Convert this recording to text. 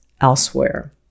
elsewhere